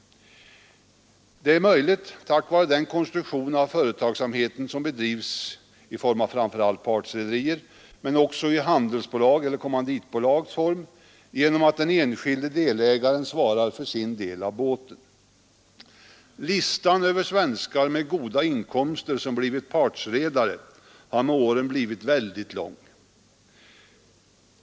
Detta är möjligt tack vare den konstruktion som framför allt partrederier men också företagsamhet i handelsbolags eller kommanditbolags form utgör, genom att den enskilde delägaren svarar för sin del av båten. Listan över svenskar med goda inkomster som blivit partredare har med åren blivit väldigt lång.